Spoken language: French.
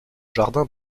jardin